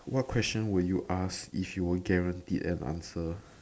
what question would you ask if you were guaranteed an answer